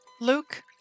Luke